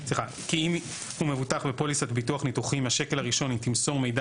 'כי אם הוא מבוטח בפוליסת ביטוח ניתוחים השקל הראשון היא תמסור מידע